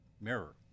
mirror